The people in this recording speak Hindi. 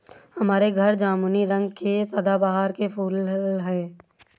हमारे घर जामुनी रंग के सदाबहार के फूल हैं